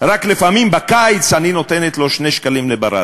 רק לפעמים בקיץ אני נותנת לו 2 שקלים לברד.